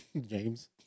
James